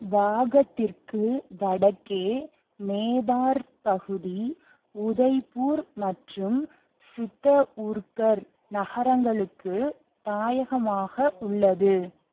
வாகத்திற்கு வடக்கே மேவார் பகுதி உதய்பூர் மற்றும் சித்தவுர்கர் நகரங்களுக்கு தாயகமாக உள்ளது